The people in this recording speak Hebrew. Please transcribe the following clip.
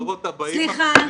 הדורות הבאים --- סליחה,